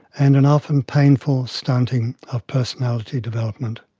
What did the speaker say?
and an often painful stunting of personality development.